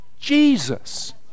Jesus